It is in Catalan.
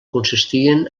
consistien